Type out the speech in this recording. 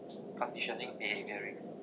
conditioning behaviour